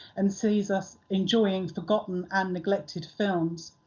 and sees us enjoying forgotten and neglected films,